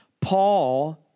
Paul